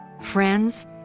Friends